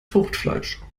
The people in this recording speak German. fruchtfleisch